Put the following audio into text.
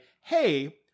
Hey